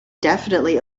definitely